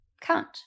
count